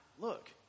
look